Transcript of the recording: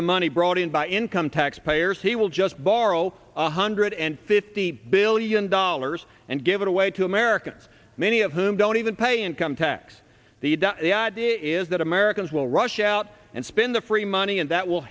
the money brought in by income taxpayers he will just borrow a hundred and fifty billion dollars and give it away to americans many of whom don't even pay income tax the idea is that americans will rush out and spend the free money and that will